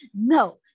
no